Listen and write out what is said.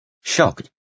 Shocked